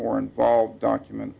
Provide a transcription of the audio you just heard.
more involved document